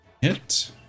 hit